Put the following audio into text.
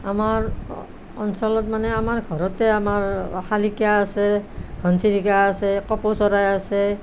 আমাৰ অ অঞ্চলত মানে আমাৰ ঘৰতে আমাৰ শালিকা আছে ঘনচিৰিকা আছে কপৌ চৰাই আছে